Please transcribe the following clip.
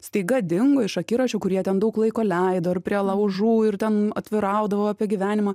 staiga dingo iš akiračio kur jie ten daug laiko leido prie laužų ir ten atviraudavo apie gyvenimą